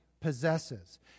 possesses